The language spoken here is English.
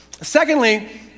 Secondly